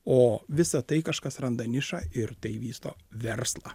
o visą tai kažkas randa nišą ir tai vysto verslą